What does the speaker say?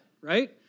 right